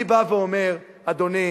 אני בא ואומר, אדוני,